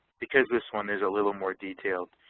because this one is a little more detailed,